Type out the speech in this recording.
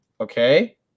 okay